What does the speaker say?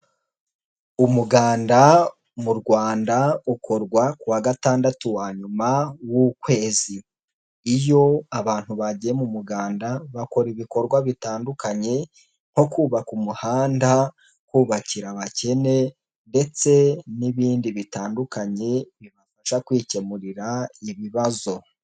Umuganda mu Rwanda ukorwa ku wa gatandatu wa nyuma w'ukwezi, iyo abantu bagiye mu muganda bakora ibikorwa bitandukanye nko kubaka umuhanda, kubakira abakene ndetse n'ibindi bitandukanye bibafasha kwikemurira ibibazo.